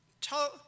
tell